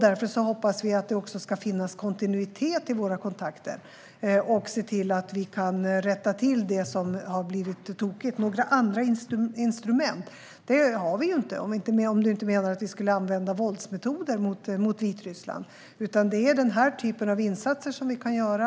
Därför hoppas vi att det också ska finnas kontinuitet i våra kontakter, och vi vill se till att vi kan rätta till det som har blivit tokigt. Några andra instrument har vi inte, om du inte menar att vi ska använda våldsmetoder mot Vitryssland. Det är denna typ av insatser som vi kan göra.